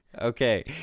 okay